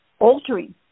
altering